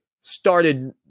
started